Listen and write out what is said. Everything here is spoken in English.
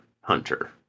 Hunter